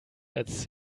als